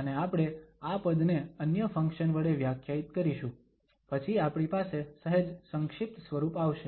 અને આપણે આ પદને અન્ય ફંક્શન વડે વ્યાખ્યાયિત કરીશું પછી આપણી પાસે સહેજ સંક્ષિપ્ત સ્વરૂપ આવશે